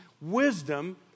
Wisdom